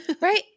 right